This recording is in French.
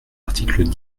article